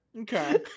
okay